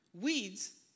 Weeds